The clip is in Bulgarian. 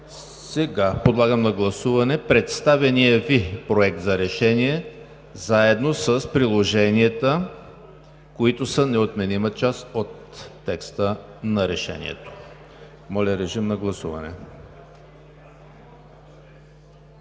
Подлагам на гласуване представения Ви Проект за решение заедно с приложенията, които са неотменима част от текста на Решението. Гласували